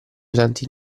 utenti